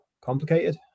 complicated